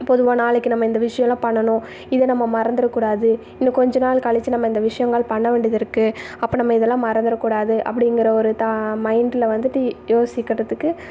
பொதுவாக நாளைக்கு நம்ம இந்த விஷயலாம் பண்ணணும் இதை நம்ம மறந்துடக்கூடாது இன்னும் கொஞ்சம் நாள் கழிச்சி நம்ம இந்த விஷயங்கள் பண்ண வேண்டியது இருக்குது அப்போ நம்ம இதெல்லாம் மறந்துடக்கூடாது அப்படிங்கிற ஒரு மைண்டில் வந்துவிட்டு யோசிக்கிறதுக்கு